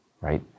right